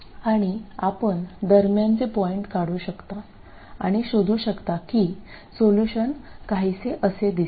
आणि आपण दरम्यानचे पॉईंट काढू शकता आणि शोधू शकता की सोल्युशन काहीसे असे दिसते